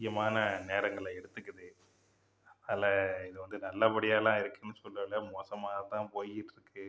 அதிகமான நேரங்களை எடுத்துக்குது அதில் இது வந்து நல்ல படியாலாம் இருக்குன்னு சொல்லலை மோசமாக தான் போய்ட்டிருக்கு